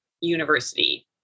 university